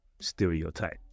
stereotype